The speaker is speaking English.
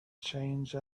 change